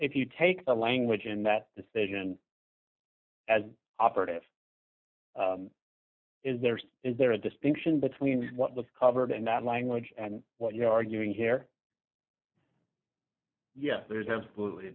if you take the language in that decision as operative is there is there a distinction between what was covered in that language and what you're arguing here yes there's absolutely